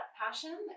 passion